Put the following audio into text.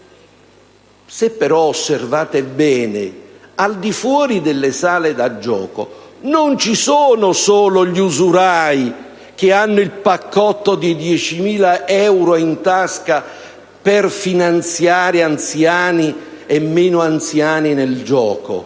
Se osservate bene, inoltre, fuori dalle sale da gioco non troverete solo gli usurai che hanno il paccotto da 10.000 euro in tasca per finanziare anziani e meno anziani nel gioco